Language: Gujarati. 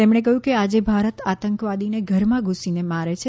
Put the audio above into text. તેમણે કહ્યું કે આજે ભારત આતંકવાદોને ઘરમાં ધુસીને મારે છે